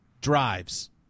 drives